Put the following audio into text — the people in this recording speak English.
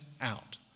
out